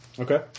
Okay